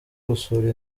gusura